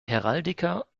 heraldiker